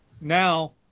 now